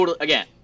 again